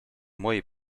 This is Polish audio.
mojej